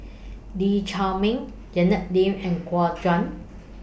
Lee Chiaw Meng Janet Lim and Guo Juan